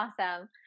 Awesome